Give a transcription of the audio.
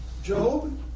Job